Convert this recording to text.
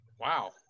Wow